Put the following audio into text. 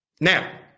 Now